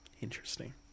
Interesting